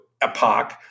epoch